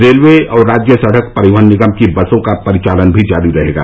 railway और राज्य सड़क परिवहन निगम की बसों का परिचालन भी जारी रहेगा